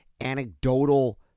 anecdotal